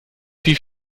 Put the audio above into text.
wie